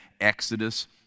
Exodus